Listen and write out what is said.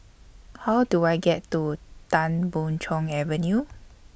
How Do I get to Tan Boon Chong Avenue